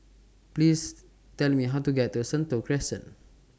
Please Tell Me How to get to Sentul Crescent